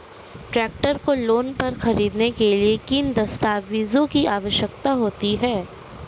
Tractor को loan पर खरीदने के लिए किन दस्तावेज़ों की आवश्यकता होती है?